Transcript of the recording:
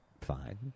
Fine